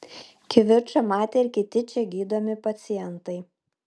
kivirčą matė ir kiti čia gydomi pacientai